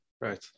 Right